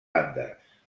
andes